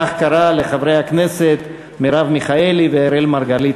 כך קרה לחברי הכנסת מרב מיכאלי ואראל מרגלית,